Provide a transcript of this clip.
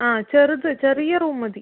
ആ ചെറുത് ചെറിയ റൂം മതി